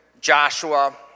Joshua